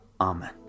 Amen